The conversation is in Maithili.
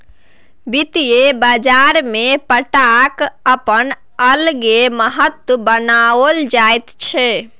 वित्तीय बाजारमे पट्टाक अपन अलगे महत्व बताओल जाइत छै